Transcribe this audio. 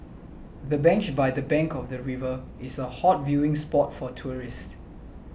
the bench by the bank of the river is a hot viewing spot for tourists